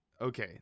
Okay